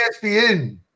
ESPN